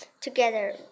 together